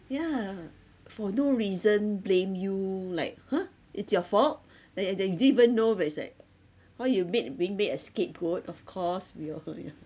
yeah for no reason blame you like !huh! it's your fault then you then you don't even know where it's like why you made being made a scapegoat of course we all ya